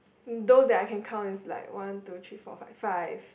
those that I can count is like one two three four five five